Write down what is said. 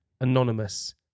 anonymous